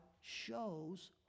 shows